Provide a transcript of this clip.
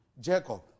Jacob